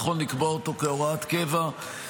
נכון לקבוע אותו כהוראת קבע.